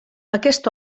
aquest